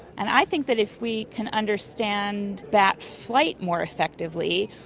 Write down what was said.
and i think that if we can understand bat flight more effectively,